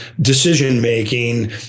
decision-making